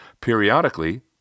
Periodically